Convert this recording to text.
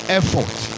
effort